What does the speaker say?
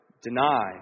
deny